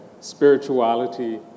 spirituality